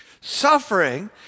Suffering